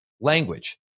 language